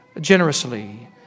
generously